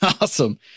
Awesome